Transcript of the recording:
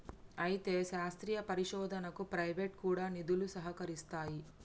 అయితే శాస్త్రీయ పరిశోధనకు ప్రైవేటు కూడా నిధులు సహకరిస్తాయి